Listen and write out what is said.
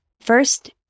First